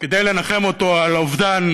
כדי לנחם אותו על אובדן